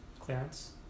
clearance